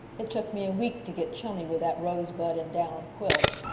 it took me a week to get chummy with that rosebud-and-down quilt.